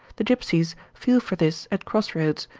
the gipsies feel for this at cross-roads,